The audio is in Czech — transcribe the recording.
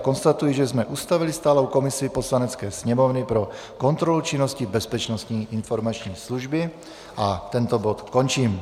Konstatuji, že jsme ustavili stálou komisi Poslanecké sněmovny pro kontrolu činnosti Bezpečnostní informační služby, a tento bod končím.